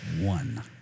One